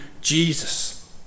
Jesus